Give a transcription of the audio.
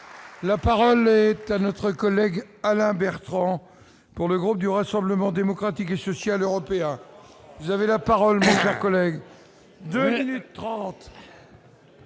La parole est à notre collègue Alain Bertrand pour le groupe du Rassemblement démocratique et social européen, vous avez la parole un collègue.